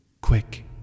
Quick